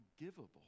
unforgivable